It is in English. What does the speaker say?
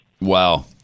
Wow